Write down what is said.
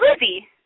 Lizzie